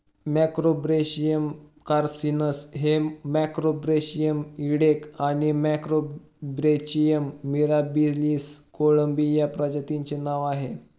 Macrobrachium carcinus हे Macrobrachium इडेक आणि मॅक्रोब्रॅचियम मिराबिलिस कोळंबी या प्रजातींचे नाव आहे